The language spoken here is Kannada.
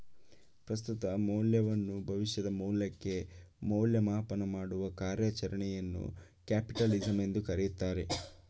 ಪ್ರಸ್ತುತ ಮೌಲ್ಯವನ್ನು ಭವಿಷ್ಯದ ಮೌಲ್ಯಕ್ಕೆ ಮೌಲ್ಯಮಾಪನ ಮಾಡುವ ಕಾರ್ಯಚರಣೆಯನ್ನು ಕ್ಯಾಪಿಟಲಿಸಂ ಎಂದು ಕರೆಯುತ್ತಾರೆ